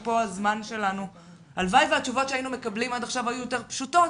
והלוואי שהתשובות שהיינו מקבלים עד עכשיו היו יותר פשוטות,